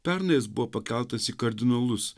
pernai jis buvo pakeltas į kardinolus